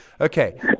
Okay